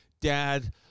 dad